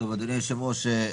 אדוני היושב-ראש,